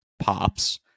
pops